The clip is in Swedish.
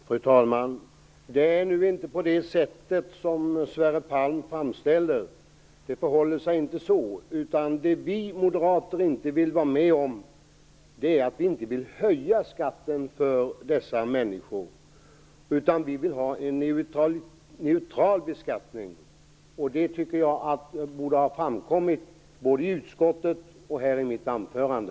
Fru talman! Det förhåller sig inte på det sätt som Sverre Palm framställer det. Vad vi moderater inte vill vara med om är att höja skatten för sjömännen, utan vi vill ha en neutral beskattning. Det tycker jag borde ha framkommit, både i utskottet och här i mitt anförande.